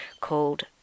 called